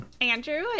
Andrew